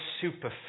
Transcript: superficial